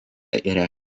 yra